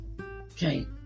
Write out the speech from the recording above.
okay